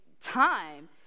time